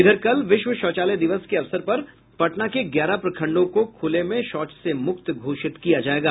इधर कल विश्व शौचालय दिवस के अवसर पर पटना के ग्यारह प्रखंडों को खुले में शौच से मुक्त घोषित किया जाएगा